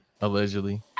allegedly